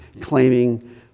claiming